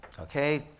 Okay